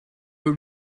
were